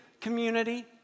community